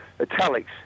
italics